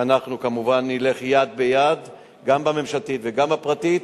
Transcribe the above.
ואנחנו כמובן נלך יד ביד גם בממשלתית וגם בפרטית